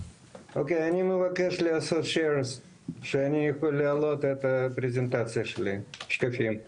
אני מבקש לעשות share שאני אוכל להעלות את השקפים שלי.